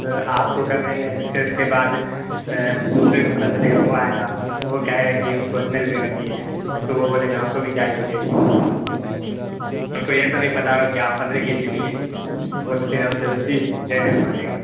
تو آپ کو کر دیں گے پھر اس کے بعد دوسرے کو پتا چلے گا وہ آئے گا وہ کہے گا کہ ان کو اتنے روپے میں دیے ہیں تو وہ بولے گا ہم کو بھی چاہیے پھر ان کو یہ تو نہیں پتا ہوگا کہ آپ پندرہ کے جی لیے ہیں وہ تو پھر ہم سے اسی ریٹ میں مانگے گا